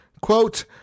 quote